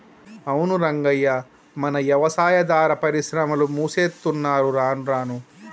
అవును రంగయ్య మన యవసాయాదార పరిశ్రమలు మూసేత్తున్నరు రానురాను